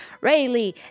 Rayleigh